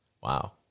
Wow